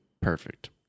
Perfect